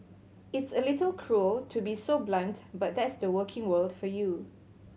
it's a little cruel to be so blunt but that's the working world for you